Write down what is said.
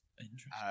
Interesting